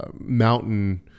mountain